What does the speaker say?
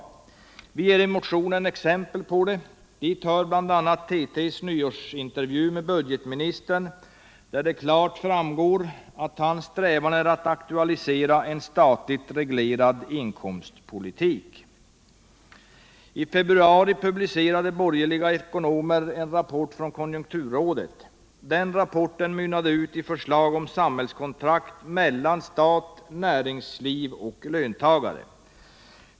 Vi ger i motionen exempel därpå. Dit hör bl.a. TT:s nyårsintervju med budgetministern, där det klart framgick att hans strävan är att aktualisera en statligt reglerad inkomstpolitik. I februari publicerade borgerliga ekonomer en rapport från konjunkturrådet. Den rapporten mynnade ut i förslag om ett ”samhällskontrakt” mellan stat, näringsliv och löntagare.